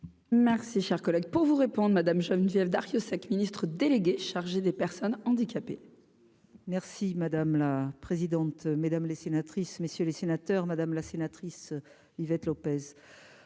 Merci, cher collègue, pour vous répondre Madame Geneviève Darrieussecq, ministre déléguée chargée des Personnes handicapées. Merci madame la présidente, mesdames les sénatrices, messieurs les sénateurs, madame la sénatrice Ivette Lopez.